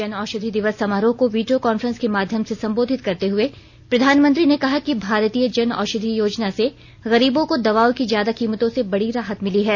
जन औषधि दिवस समारोह को वीडियो कांफ्रेंस के माध्यम से संबोधित करते हुए प्रधानमंत्री ने कहा कि भारतीय जन औषधि योजना से गरीबों को दवाओं की ज्यादा कीमतों से बड़ी राहत मिली है